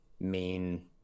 main